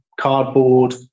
cardboard